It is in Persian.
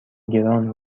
گران